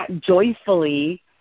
joyfully